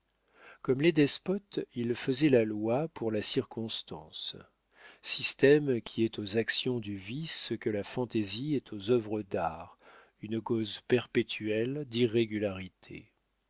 comme les despotes il faisait la loi pour la circonstance système qui est aux actions du vice ce que la fantaisie est aux œuvres d'art une cause perpétuelle d'irrégularité